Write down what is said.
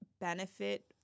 benefit